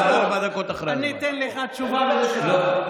אני אתן לך תשובה על השאלה.